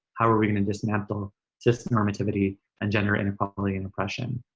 how are we gonna dismantle system-normativity and gender inequality and oppression?